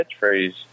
catchphrase